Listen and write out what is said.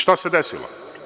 Šta se desilo?